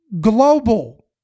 global